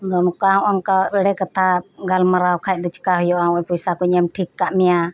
ᱟᱫᱚ ᱱᱚᱠᱟ ᱱᱚᱜ ᱱᱚᱠᱟ ᱮᱲᱮ ᱠᱟᱛᱷᱟ ᱜᱟᱞᱢᱟᱨᱟᱣ ᱠᱷᱟᱱ ᱫᱚ ᱪᱤᱠᱟᱹ ᱦᱳᱭᱳᱜᱼᱟ ᱱᱚᱜ ᱚᱭ ᱯᱚᱭᱥᱟ ᱠᱩᱧ ᱮᱢ ᱴᱷᱤᱠ ᱟᱠᱟᱫ ᱢᱮᱭᱟ